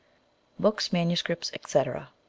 books, manuscripts, etc.